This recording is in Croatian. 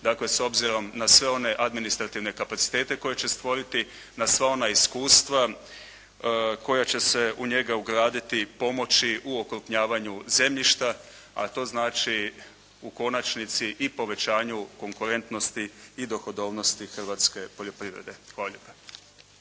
dakle s obzirom na sve one administrativne kapacitete koje će stvoriti, na sva ona iskustva koja će se u njega ugraditi pomoći u okrupnjavanju zemljišta, a to znači u konačnici i povećanju konkurentnosti i dohodovnosti hrvatske poljoprivrede. Hvala lijepa.